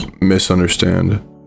misunderstand